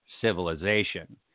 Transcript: civilization